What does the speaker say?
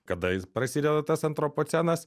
kada jis prasideda tas antropocenas